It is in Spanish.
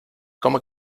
como